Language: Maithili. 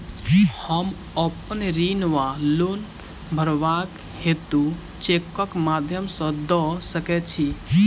हम अप्पन ऋण वा लोन भरबाक हेतु चेकक माध्यम सँ दऽ सकै छी?